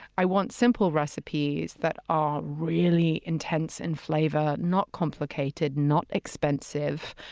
i want simple recipes that are really intense in flavor, not complicated, not expensive,